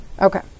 Okay